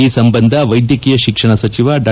ಈ ಸಂಬಂಧ ವೈದ್ಯಕೀಯ ಶಿಕ್ಷಣ ಸಚಿವ ಡಾ